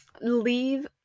Leave